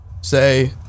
say